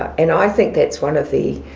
and i think that's one of the.